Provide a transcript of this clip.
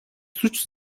suç